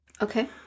Okay